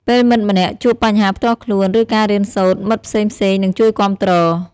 ពេលមិត្តម្នាក់ជួបបញ្ហាផ្ទាល់ខ្លួន ឬការរៀនសូត្រ មិត្តផ្សេងៗនឹងជួយគាំទ្រ។